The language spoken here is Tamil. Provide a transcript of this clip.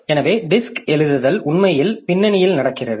எனவே வட்டு எழுதுதல் உண்மையில் பின்னணியில் நடக்கிறது